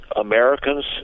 Americans